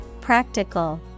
Practical